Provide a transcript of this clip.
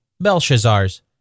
Belshazzar's